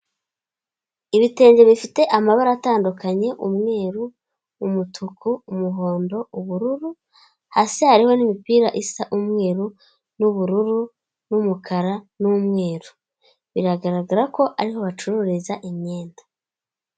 Ibitenge bifite amabara atandukanye umweru, umutuku, umuhondo, ubururu hasi hariho n'imipira isa umweru, n'ubururu, n'umukara, n'umweru biragaragara ko ariho bacururiza imyenda.